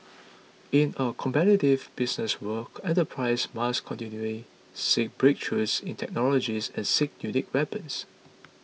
in a competitive business world enterprises must continually seek breakthroughs in technology and seek unique weapons